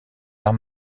arts